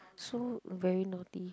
so very naughty